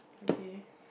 okay